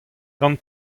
gant